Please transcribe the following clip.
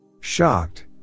Shocked